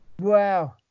wow